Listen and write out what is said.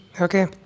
okay